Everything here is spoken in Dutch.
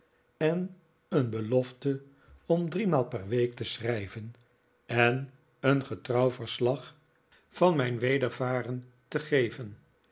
en een belofte om driemaal per week te schrijven en een getrouw verslag van mijn wedervaren te geven